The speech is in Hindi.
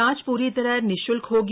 जांच पूरी तरह निश्ल्क होगी